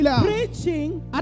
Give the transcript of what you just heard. preaching